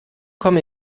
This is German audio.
komme